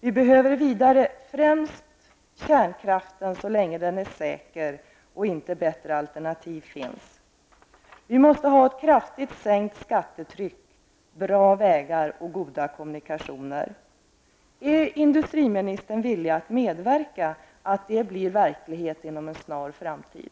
Vi behöver vidare främst kärnkraften så länge den är säker och inte bättre alternativ finns. Vi måste få en kraftig sänkning av skattetrycket, bra vägar och goda kommunikationer. Är industriministern villig att medverka till att detta blir verklighet inom en snar framtid?